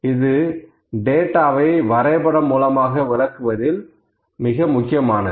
இது டேட்டாவை வரைபட மூலமாக விளக்குவதில் மிக முக்கியமானது